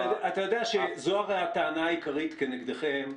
זו הרי הטענה העיקרית כנגדכם,